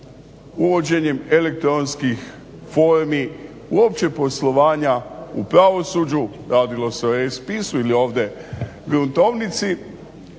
uvođenjem elektronskih formi uopće poslovanja u pravosuđu, radilo se o R spisu ili ovdje gruntovnici